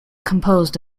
composed